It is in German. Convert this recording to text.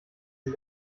sie